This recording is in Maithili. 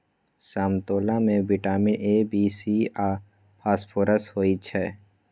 समतोला मे बिटामिन ए, बी, सी आ फास्फोरस होइ छै